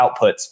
outputs